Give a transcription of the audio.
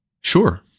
Sure